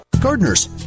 Gardeners